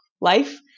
life